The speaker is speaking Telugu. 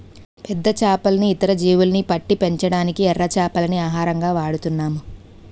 పెద్ద చేపల్ని, ఇతర జీవుల్ని పట్టి పెంచడానికి ఎర చేపల్ని ఆహారంగా వాడుతున్నాం